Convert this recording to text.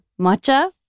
matcha